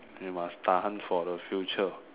you must Tahan for the future